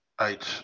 eight